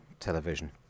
Television